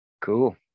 Cool